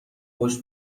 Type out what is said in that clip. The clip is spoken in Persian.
خوش